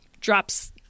drops